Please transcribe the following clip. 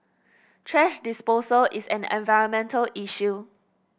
thrash disposal is an environmental issue